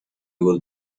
will